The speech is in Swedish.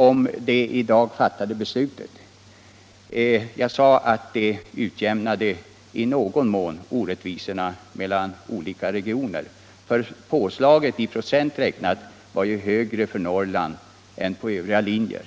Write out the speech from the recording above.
Om det i dag fattade beslutet sade jag att det i någon mån utjämnar orättvisorna mellan olika regioner — påslaget i procent räknat var ju högre för Norrland än på övriga linjer.